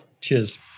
cheers